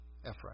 Ephraim